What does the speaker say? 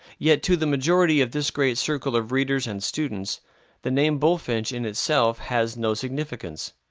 yet to the majority of this great circle of readers and students the name bulfinch in itself has no significance.